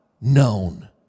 known